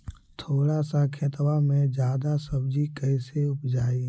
थोड़ा सा खेतबा में जादा सब्ज़ी कैसे उपजाई?